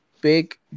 big